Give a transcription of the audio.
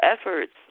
efforts